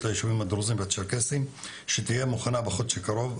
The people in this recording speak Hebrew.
ליישובים הדרוזים והצ'רקסים שתהיה מוכנה בחודש הקרוב.